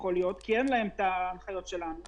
אולי בגלל שאין להם את ההנחיות שלנו,